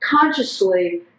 consciously